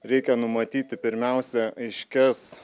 reikia numatyti pirmiausia aiškias